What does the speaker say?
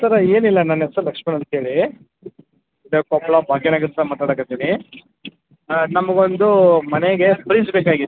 sir ಏನಿಲ್ಲ ನನ್ನೆಸ್ರು ಲಕ್ಷ್ಮಣ ಅಂತೇಳಿ ಇಲ್ಲೇ ಕೊಪ್ಪಳ ಭಾಗ್ಯ ನಗರದಿಂದ ಮಾತಾಡಕತ್ತೀನಿ ನಮ್ಗ ಒಂದು ಮನೆಗೆ ಫ್ರಿಜ್ ಬೇಕಾಗಿತ್ತು